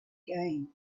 gain